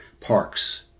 parks